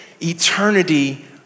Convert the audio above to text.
eternity